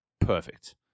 Perfect